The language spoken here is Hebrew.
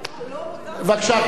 בבקשה,